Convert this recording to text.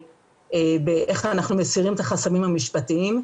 איך אנחנו מסירים את החסמים המשפחתיים,